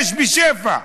יש בשפע.